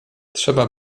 trzeba